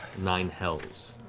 nine hells.